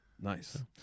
Nice